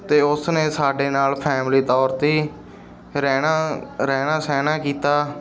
ਅਤੇ ਉਸ ਨੇ ਸਾਡੇ ਨਾਲ ਫੈਮਿਲੀ ਤੌਰ 'ਤੇ ਰਹਿਣਾ ਰਹਿਣਾ ਸਹਿਣਾ ਕੀਤਾ